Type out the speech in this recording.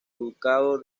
ducado